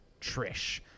Trish